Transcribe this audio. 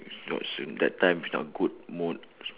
not so that time's not good mood